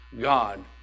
God